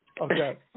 Okay